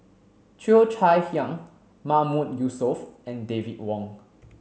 Cheo Chai Hiang Mahmood Yusof and David Wong